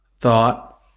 thought